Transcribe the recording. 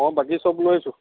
মই বাকী চব লৈ আহিছোঁ